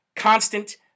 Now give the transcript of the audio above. Constant